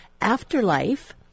Afterlife